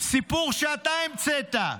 סיפור שאתה המצאת.